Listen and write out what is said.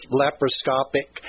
laparoscopic